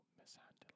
mishandling